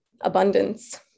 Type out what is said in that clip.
abundance